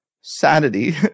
sanity